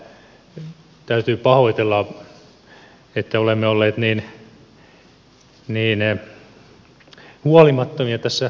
täytyy pahoitella että olemme olleet niin huolimattomia tässä tarkkuudessa